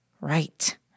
Right